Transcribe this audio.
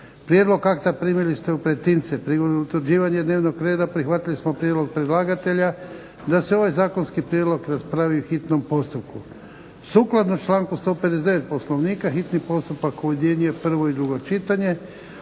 Prijedlog akta primili ste u pretince. Prigodom utvrđivanja dnevnog reda prihvatili smo prijedlog predlagatelja da se ovaj zakonski prijedlog raspravi u hitnom postupku. Sukladno članku 159. Poslovnika hitni postupak ujedinjuje prvo i drugo čitanje.